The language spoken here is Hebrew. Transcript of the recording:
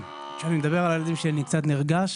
כשאני מדבר על הילדים שלי אני קצת נרגש,